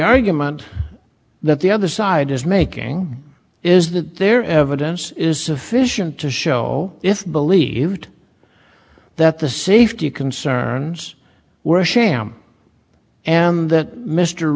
argument that the other side is making is that their evidence is sufficient to show if believed that the safety concerns were a sham and that m